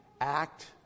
act